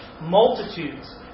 multitudes